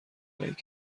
دهید